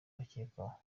bakekwaho